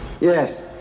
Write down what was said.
Yes